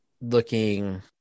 looking